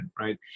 right